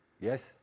Yes